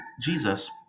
Jesus